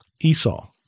Esau